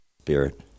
spirit